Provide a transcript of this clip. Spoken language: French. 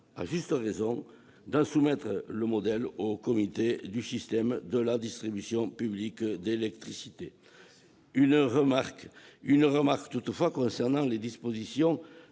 à juste raison, à en soumettre le modèle au comité du système de la distribution publique d'électricité. Je formulerai toutefois une remarque concernant les dispositions